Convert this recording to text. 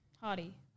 Hardy